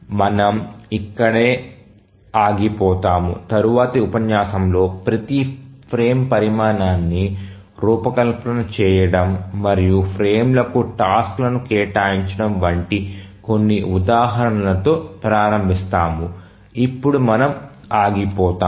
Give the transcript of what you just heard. మనము ఇక్కడ ఆగిపోతాము తరువాతి ఉపన్యాసంలో ఫ్రేమ్ పరిమాణాన్ని రూపకల్పన చేయడం మరియు ఫ్రేములకు టాస్క్ లను కేటాయించడం వంటి కొన్ని ఉదాహరణలతో ప్రారంభిస్తాము ఇప్పుడు మనము ఆగిపోతాము